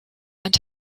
and